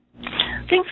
Thanks